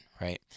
right